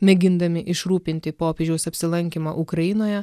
mėgindami išrūpinti popiežiaus apsilankymą ukrainoje